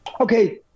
Okay